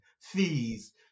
fees